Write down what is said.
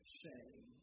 shame